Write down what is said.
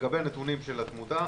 לגבי הנתונים של התמותה,